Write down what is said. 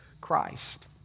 Christ